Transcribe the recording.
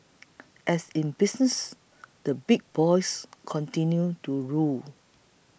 as in business the big boys continue to rule